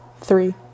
Three